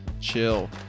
chill